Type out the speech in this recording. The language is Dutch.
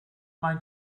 mijn